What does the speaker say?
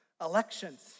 elections